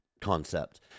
concept